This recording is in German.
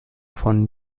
von